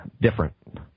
different